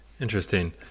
Interesting